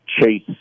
chase